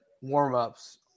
warm-ups